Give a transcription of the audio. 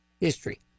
history